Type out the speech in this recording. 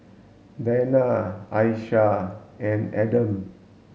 Danial Aisyah and Adam